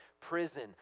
Prison